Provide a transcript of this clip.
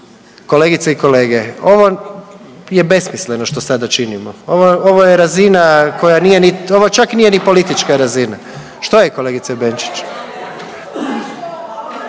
Kolegice i kolege ovo je besmisleno što sada činimo. Ovo je razina koja nije, ovo čak nije ni politička razina. Što je kolegice Benčić?